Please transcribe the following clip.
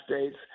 States